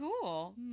cool